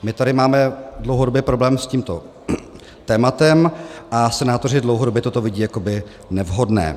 My tady máme dlouhodobě problém s tímto tématem a senátoři dlouhodobě toto vidí jako nevhodné.